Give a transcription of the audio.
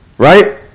Right